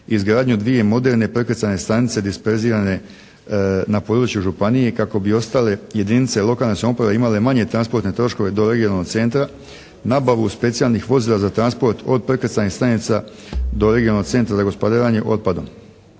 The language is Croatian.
Izgradnju dvije moderne prekrcajne stanice disperzirane na području županije kako bi ostale jedinice lokalne samouprave imale manje transportne troškove do regionalnog centra. Nabavu specijalnih vozila za transport od prekrcajnih stanica do regionalnog centra za gospodarenje otpadom.